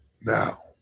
Now